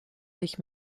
sich